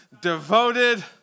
devoted